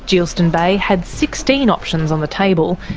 geilston bay had sixteen options on the table,